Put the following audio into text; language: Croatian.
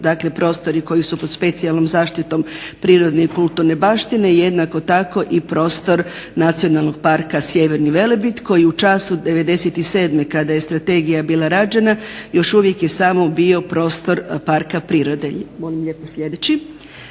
dakle prostori koji su pod specijalnom zaštitom prirodne i kulturne baštine. Jednako tako i prostor Nacionalnog parka Sjeverni Velebit koji u času '97. kada je strategija bila rađena još uvije je samo bio prostor parka prirode.